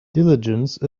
diligence